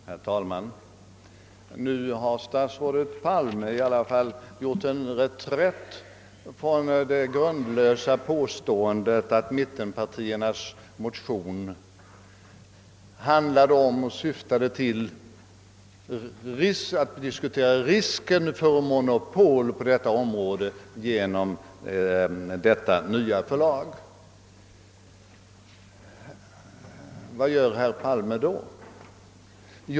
Herr talman! Nu har statsrådet Palme i alla fall gjort en viss reträtt från det grundlösa påståendet, att mittenpartiernas motion främst syftade till en diskussion om risken för monopol på detta område genom det nya förlaget. — Men hur går herr Palme sedan till väga?